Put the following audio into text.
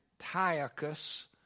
Antiochus